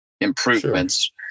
improvements